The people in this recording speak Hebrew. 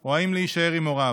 או האם להישאר עם הוריו?